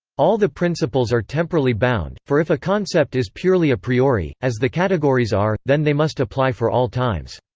all the principles are temporally bound, for if a concept is purely a priori, as the categories are, then they must apply for all times.